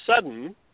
sudden